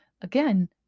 again